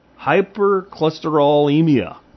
hypercholesterolemia